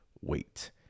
wait